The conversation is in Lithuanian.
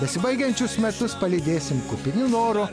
besibaigiančius metus palydėsim kupini noro